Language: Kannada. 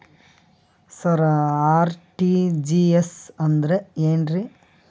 ಸರ ಆರ್.ಟಿ.ಜಿ.ಎಸ್ ಅಂದ್ರ ಏನ್ರೀ?